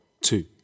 two